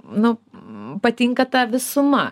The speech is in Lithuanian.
nu patinka ta visuma